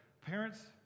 parent's